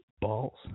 balls